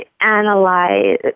analyze